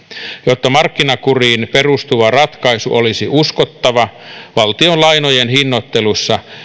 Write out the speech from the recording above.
jotta markkinakuriin perustava ratkaisu olisi uskottava valtion lainojen hinnoittelussa